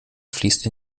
fließt